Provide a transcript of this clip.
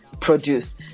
produce